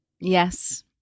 Yes